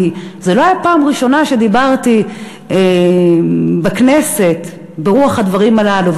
כי זאת לא הייתה הפעם הראשונה שדיברתי בכנסת ברוח הדברים הללו.